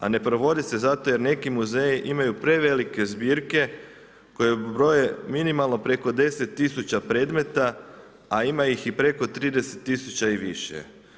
A ne provodi se zato jer neki muzeji imaju prevelike zbirke koje broje minimalno preko 10 000 predmeta, a ima ih i preko 30 000 i više.